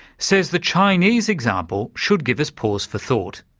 says the chinese example should give us pause for thought.